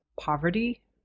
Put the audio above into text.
poverty